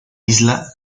isla